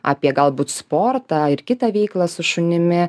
apie galbūt sportą ir kitą veiklą su šunimi